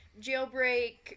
Jailbreak